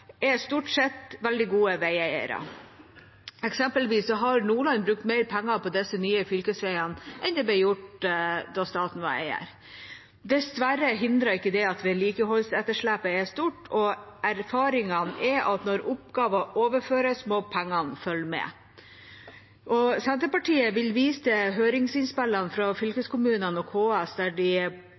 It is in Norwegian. er stort sett veldig gode veieiere. Eksempelvis har Nordland brukt mer penger på disse nye fylkesveiene enn det ble gjort da staten var eier. Dessverre hindrer ikke det at vedlikeholdsetterslepet er stort, og erfaringene er at når oppgaver overføres, må pengene følge med. Senterpartiet vil vise til høringsinnspillene fra fylkeskommunene og KS, der de